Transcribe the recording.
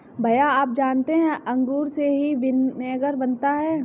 भैया आप जानते हैं अंगूर से ही विनेगर बनता है